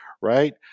Right